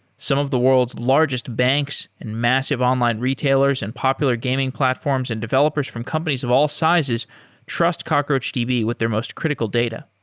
some of the world's largest banks and massive online retailers and popular gaming platforms and developers from companies of all sizes trust cockroachdb with their most critical data.